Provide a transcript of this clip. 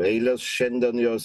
eilės šiandien jos